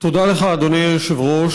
תודה לך, אדוני היושב-ראש.